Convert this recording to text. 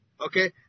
okay